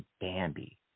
Bambi